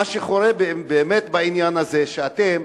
מה שחורה באמת בעניין הזה הוא שאתם,